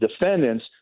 defendants